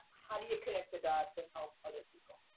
how do you connect the dots and help other people?